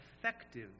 effective